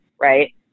right